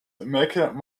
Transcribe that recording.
marking